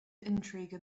intrigue